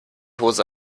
hose